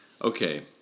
Okay